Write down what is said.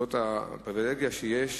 זאת הפריווילגיה שיש,